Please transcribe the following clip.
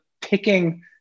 picking